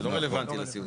זה לא רלוונטי לסיעודי.